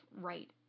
right